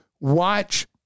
watch